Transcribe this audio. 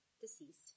deceased